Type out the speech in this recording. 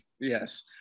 Yes